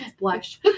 Blush